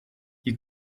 you